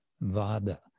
vada